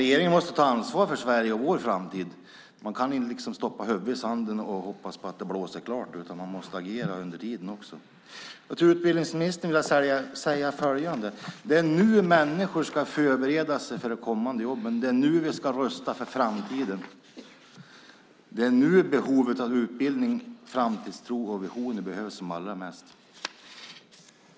Regeringen måste ta ansvar för Sverige och vår framtid. Man kan inte stoppa huvudet i sanden och hoppas att det blåser klart, utan man måste agera under tiden också. Jag vill säga följande till utbildningsministern: Det är nu som människor ska förbereda sig för kommande jobb. Det är nu som vi ska rusta för framtiden. Det är nu som utbildning, framtidstro och visioner behövs som allra mest.